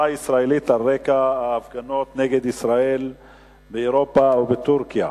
בנושא: ההסברה הישראלית על רקע ההפגנות נגד ישראל באירופה ובטורקיה.